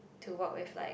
to work with like